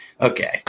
Okay